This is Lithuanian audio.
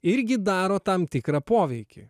irgi daro tam tikrą poveikį